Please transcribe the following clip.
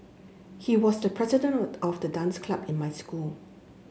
he was the president of the dance club in my school